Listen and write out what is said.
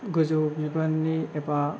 गोजौ बिबाननि एबा